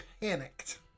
panicked